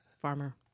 farmer